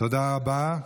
תודה רבה.